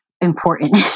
important